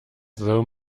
though